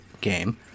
game